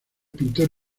pintor